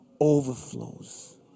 overflows